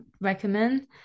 recommend